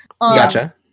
Gotcha